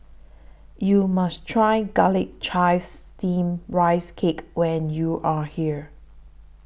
YOU must Try Garlic Chives Steamed Rice Cake when YOU Are here